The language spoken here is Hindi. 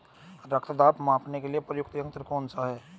रक्त दाब मापने के लिए प्रयुक्त यंत्र कौन सा है?